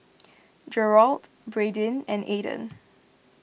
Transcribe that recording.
Gerold Bradyn and Ayden